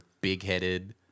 big-headed